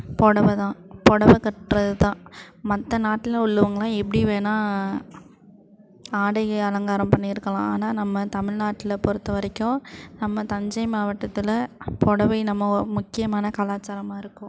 புடவதான் புடவ கட்டுறதுதான் மற்ற நாட்டில் உள்ளவங்கலாம் எப்படி வேணால் ஆடை அலங்காரம் பண்ணியிருக்கலாம் ஆனால் நம்ம தமிழ்நாட்ல பொறுத்த வரைக்கும் நம்ம தஞ்சை மாவட்டத்தில் புடவை நம்ம முக்கியமான கலாச்சாரமாக இருக்கும்